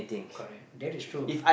correct that is true